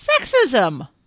sexism